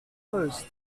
first